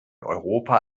europa